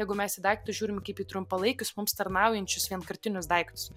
jeigu mes į daiktus žiūrim kaip į trumpalaikius mums tarnaujančius vienkartinius daiktus